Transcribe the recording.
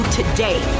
today